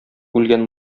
үлгән